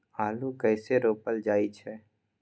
आलू कइसे रोपल जाय छै?